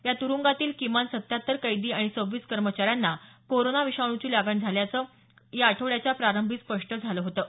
या त्रुंगातील किमान सत्त्याहत्तर कैदी आणि सव्वीस कर्मचाऱ्यांना कोरोना विषाणूची लागण झाल्याचं या आठवड्याच्या प्रारंभी स्पष्ट झालं होतं